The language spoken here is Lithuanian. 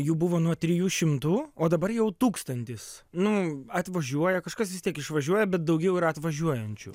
jų buvo nuo trijų šimtų o dabar jau tūkstantis nu atvažiuoja kažkas vis tiek išvažiuoja bet daugiau yra atvažiuojančių